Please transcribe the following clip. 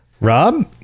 rob